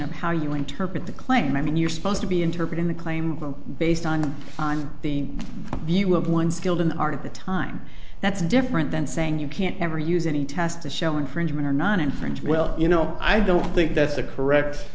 of how you interpret the claim i mean you're supposed to be interpreting the claim based on the view of one skilled in the art of the time that's different than saying you can't ever use any task to show infringement or not infringe well you know i don't think that's a correct